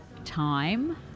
time